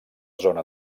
zona